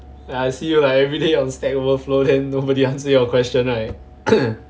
I see you like everyday on stack overflow then nobody answer your question right